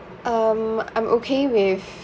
um I'm okay with